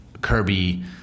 Kirby